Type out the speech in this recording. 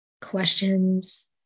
questions